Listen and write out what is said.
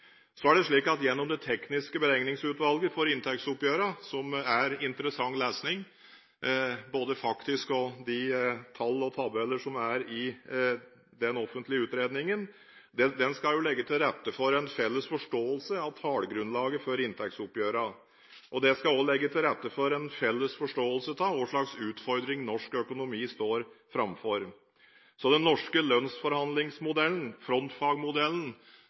Så er det slik at den offentlige utredningen fra Det tekniske beregningsutvalget for inntektsoppgjørene – som er interessant lesning både faktisk og når det gjelder de tall og tabeller som er i den – skal legge til rette for den felles forståelse av tallgrunnlaget for inntektsoppgjørene. Det skal òg legge til rette for en felles forståelse av hva slags utfordringer norsk økonomi står framfor. Den norske lønnsforhandlingsmodellen